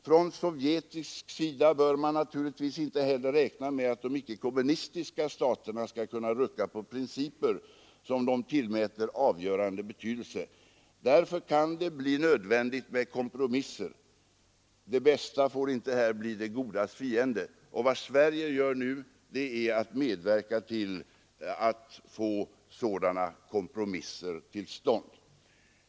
Från sovjetisk sida bör man naturligtvis inte heller räkna med att de icke kommunistiska staterna skall rucka på principer som de tillmäter avgörande betydelse. Därför kan det bli nödvändigt med kompromisser — det bästa får inte här bli det godas fiende — och vad Sverige nu gör är att medverka till att få sådana kompromisser till stånd.